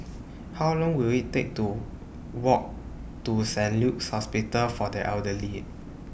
How Long Will IT Take to Walk to Saint Luke's Hospital For The Elderly